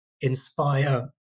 inspire